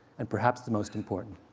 and perhaps the most important,